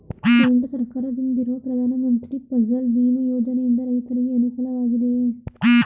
ಕೇಂದ್ರ ಸರ್ಕಾರದಿಂದಿರುವ ಪ್ರಧಾನ ಮಂತ್ರಿ ಫಸಲ್ ಭೀಮ್ ಯೋಜನೆಯಿಂದ ರೈತರಿಗೆ ಅನುಕೂಲವಾಗಿದೆಯೇ?